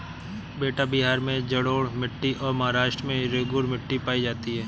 बेटा बिहार में जलोढ़ मिट्टी और महाराष्ट्र में रेगूर मिट्टी पाई जाती है